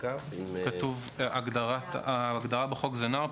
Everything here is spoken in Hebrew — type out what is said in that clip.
ההגדרה בחוק הוא נער.